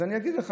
מה זה חבל משגב?